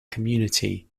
community